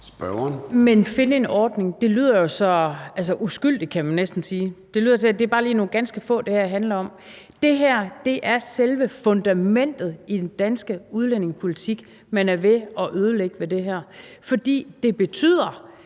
(DD): Men »at finde en ordning« lyder jo så altså uskyldigt, kan man næsten sige. Det lyder, som om det bare lige er nogle få, det her handler om. Det her er selve fundamentet i den danske udlændingepolitik, man er ved at ødelægge med det her. For det betyder,